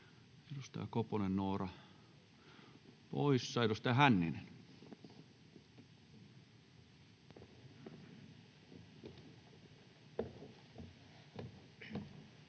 edustaja Koponen Noora poissa. — Edustaja Hänninen.